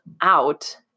out